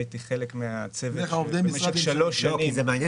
הייתי חלק מן הצוות שבמשך שלוש שנים --- מעניין